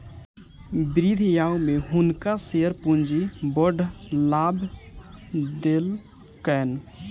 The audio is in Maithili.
वृद्ध आयु में हुनका शेयर पूंजी बड़ लाभ देलकैन